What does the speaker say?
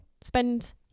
spend